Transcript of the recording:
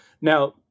now